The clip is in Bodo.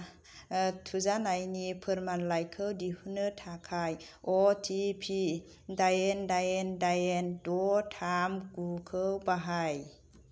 थुजानायनि फोरमालाइखौ दिहुन्नो थाखाय अटिपि दाइन दाइन दाइन द' थाम गुखौ बाहाय